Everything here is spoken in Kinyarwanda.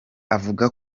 avuga